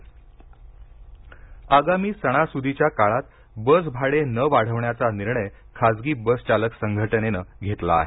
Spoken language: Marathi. बसभाडे आगामी सणासुदीच्या काळात बस भाडे न वाढवण्याचा निर्णय खासगी बस चालक संघटनेनं घेतला आहे